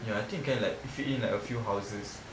ya I think you can like fit in a few houses